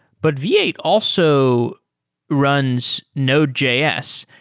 but v eight also runs node js.